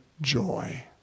joy